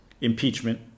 impeachment